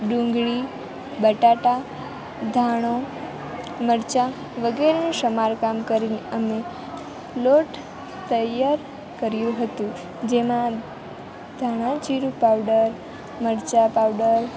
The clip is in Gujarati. ડુંગળી બટાટા ધાણા મરચાં વગેરેનું સમારકામ કર્યું અને લોટ તૈયાર કર્યું હતું જેમાં ધાણાજીરું પાવડર મરચાં પાવડર